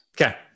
Okay